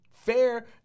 Fair